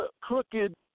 crooked